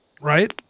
right